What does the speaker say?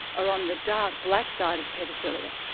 are on the dark black side of paedophilia,